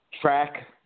track